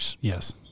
Yes